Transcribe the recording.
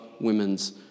women's